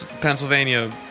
Pennsylvania